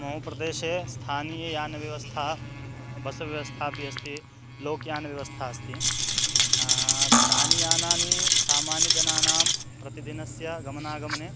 मम प्रदेशे स्थानीययानव्यवस्था बस् व्यवस्था अपि अस्ति लोकयानव्यवस्था अस्ति तानि यानानि सामान्यजनानां प्रतिदिनस्य गमनागमने